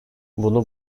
bunun